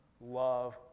love